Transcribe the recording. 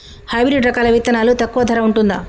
Hybrid రకాల విత్తనాలు తక్కువ ధర ఉంటుందా?